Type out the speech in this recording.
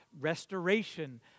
restoration